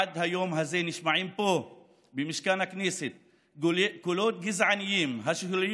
עד היום הזה נשמעים פה במשכן הכנסת קולות גזעניים השוללים